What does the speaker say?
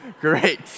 Great